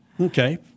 Okay